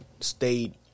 stayed